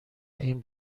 این